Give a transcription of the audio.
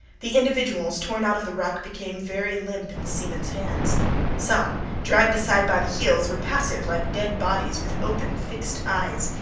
the individuals torn out of the ruck became very limp in the seamens hands some, dragged aside by the heels, were passive, like dead bodies, with open, fixed eyes.